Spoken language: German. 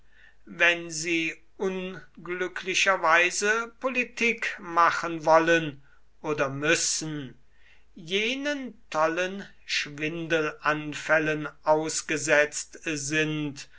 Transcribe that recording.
wenn sie unglücklicherweise politik machen wollen oder müssen jenen tollen schwindelanfällen ausgesetzt sind